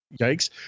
yikes